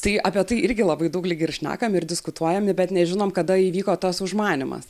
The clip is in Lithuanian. tai apie tai irgi labai daug lyg ir šnekam ir diskutuojam ni bet nežinom kada įvyko tas užmanymas